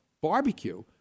barbecue